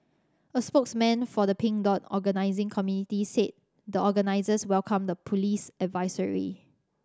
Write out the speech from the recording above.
a spokesman for the Pink Dot organising committee said the organisers welcomed the police advisory